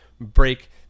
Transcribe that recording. break